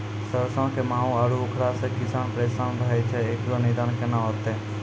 सरसों मे माहू आरु उखरा से किसान परेशान रहैय छैय, इकरो निदान केना होते?